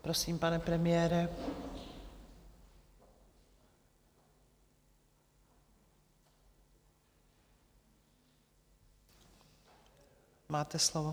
Prosím, pane premiére, máte slovo.